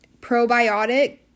probiotic